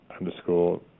underscore